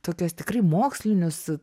tokius tikrai mokslinius